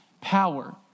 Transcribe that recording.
power